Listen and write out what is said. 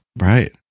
Right